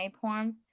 porn